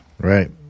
Right